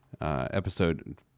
episode